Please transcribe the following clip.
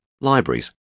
libraries